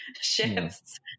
shifts